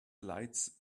lights